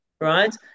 right